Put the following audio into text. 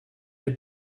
der